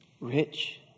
rich